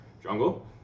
Jungle